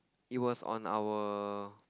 it was on our